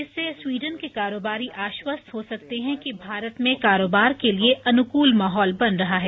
इससे स्वीडन के कारोबारी आश्वस्त हो सकते हैं कि भारत में कारोबार के लिए अनुकूल माहौल बन रहा है